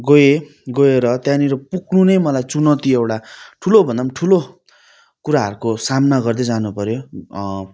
गएँ गएर त्यहाँनिर पुग्नु नै मलाई चुनौती एउटा ठुलो भन्दा ठुलो कुराहरूको सामना गर्दै जानु पर्यो